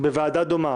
בוועדה דומה,